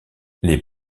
les